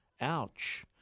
Ouch